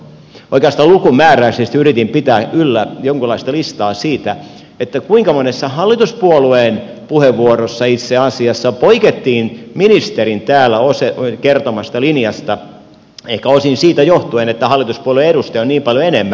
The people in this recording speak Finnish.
oikeastaan lukumäärällisesti yritin pitää yllä jonkunlaista listaa siitä kuinka monessa hallituspuolueen puheenvuorossa itse asiassa poikettiin ministerin täällä kertomasta linjasta ehkä osin siitä johtuen että hallituspuolueiden edustajia on niin paljon enemmän